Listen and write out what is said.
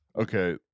Okay